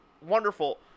wonderful